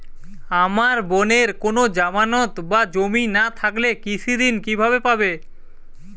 আমার বোনের কোন জামানত বা জমি না থাকলে কৃষি ঋণ কিভাবে পাবে?